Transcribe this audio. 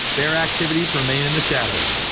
their activities remain in the shadows.